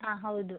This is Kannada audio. ಹಾಂ ಹೌದು